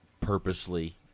purposely